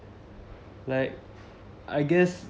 like I guess